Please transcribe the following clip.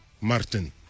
Martin